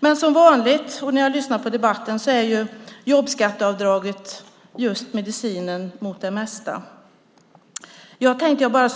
Men som vanligt när jag lyssnar på debatten är jobbskatteavdraget medicinen mot det mesta. Jag tänkte bara